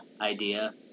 idea